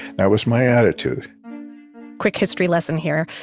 that was my attitude quick history lesson here.